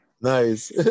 Nice